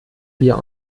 wir